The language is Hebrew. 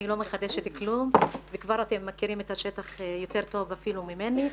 לא מחדשת כלום ואתם כבר מכירים את השטח יותר טוב אפילו ממני,